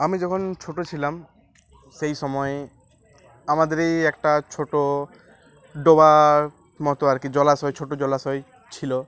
আমি যখন ছোটো ছিলাম সেই সময় আমাদের এইই একটা ছোটো ডোবা মতো আর কি জলাশয় ছোটো জলাশয় ছিলো